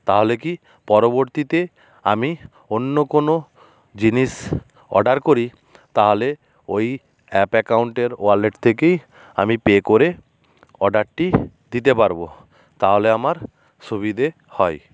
তাহলে কী পরবর্তীতে আমি অন্য কোনও জিনিস অর্ডার করি তাহলে ওই অ্যাপ অ্যাকাউন্টের ওয়ালেট থেকেই আমি পে করে অর্ডারটি দিতে পারব তাহলে আমার সুবিধে হয়